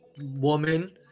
woman